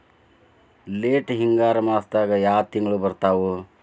Late ಹಿಂಗಾರು ಮಾಸದಾಗ ಯಾವ್ ತಿಂಗ್ಳು ಬರ್ತಾವು?